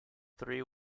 three